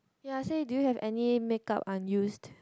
yea say do you have any make up unused